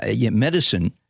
medicine